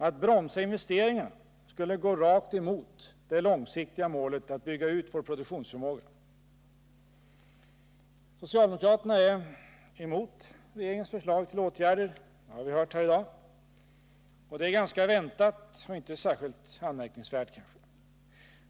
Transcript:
Att bromsa investeringarna skulle vara att gå rakt emot det långsiktiga målet att bygga ut vår produktionsförmåga. Socialdemokraterna är emot regeringens förslag till åtgärder — det har vi hört här i dag. Det är ganska väntat och inte särskilt anmärkningsvärt.